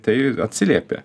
tai atsiliepia